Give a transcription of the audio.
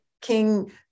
King